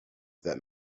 that